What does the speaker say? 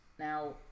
Now